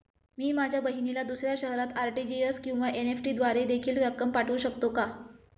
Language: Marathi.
मी माझ्या बहिणीला दुसऱ्या शहरात आर.टी.जी.एस किंवा एन.इ.एफ.टी द्वारे देखील रक्कम पाठवू शकतो का?